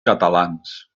catalans